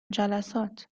جلسات